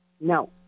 No